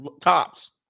tops